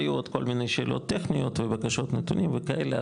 היו עוד כל מיני שאלות טכניות ובקשות נתונים וכאלה,